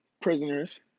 prisoners